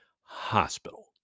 hospital